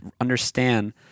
understand